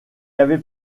avait